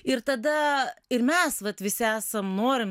ir tada ir mes vat visi esam norim